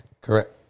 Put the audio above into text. Correct